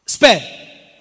spare